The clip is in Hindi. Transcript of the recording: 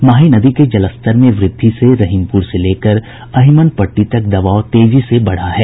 माही नदी के जलस्तर में वृद्धि से रहीमपुर से लेकर अहिमनपट्टी तक दबाव तेजी से बढ़ा है